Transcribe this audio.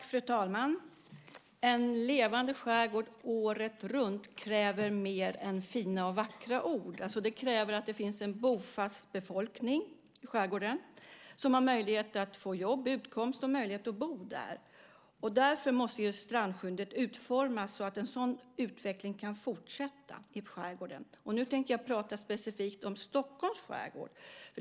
Fru talman! En levande skärgård året runt kräver mer än fina och vackra ord. Det kräver att det finns en bofast befolkning i skärgården som har möjligheter att få jobb, utkomst och att bo där. Därför måste strandskyddet utformas så att en sådan utveckling kan fortsätta i skärgården. Nu tänker jag tala specifikt om Stockholms skärgård.